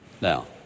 Now